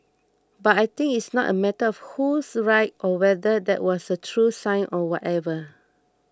but I think it's not a matter of who's right or whether that was a true sign or whatever